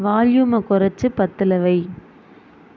வால்யூமை குறைச்சு பத்தில் வை